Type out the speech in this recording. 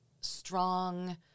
strong